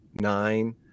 nine